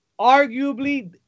arguably